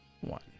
One